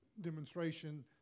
demonstration